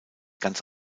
ganz